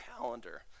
calendar